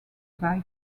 buy